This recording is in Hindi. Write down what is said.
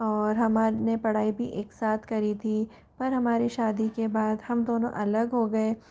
और हमने पढ़ाई भी एक साथ करी थी पर हमारी शादी के बाद हम दोनों अलग हो गए